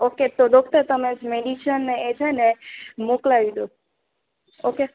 okay તો doctor તમે medicine એ છે ને મોકલાવી દયો ઓકે